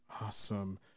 Awesome